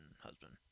husband